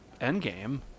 Endgame